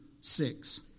six